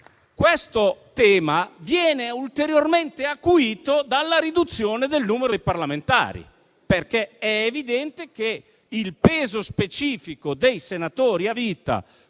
Questo tema viene ulteriormente acuito dalla riduzione del numero dei parlamentari. Infatti è evidente che il peso specifico dei senatori a vita,